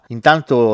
Intanto